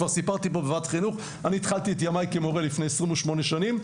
כבר סיפרתי פה בוועדת החינוך שהתחלתי את ימיי כמורה לפני 28 שנים,